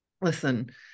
listen